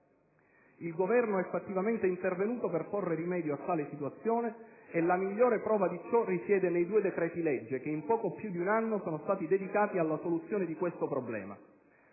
Il Governo è fattivamente intervenuto per porre rimedio a tale situazione e la migliore prova di ciò risiede nei due decreti-legge che, in poco più di un anno, sono stati dedicati alla soluzione di questo problema.